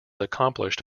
accomplished